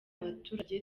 abaturage